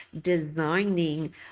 designing